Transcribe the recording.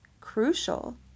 crucial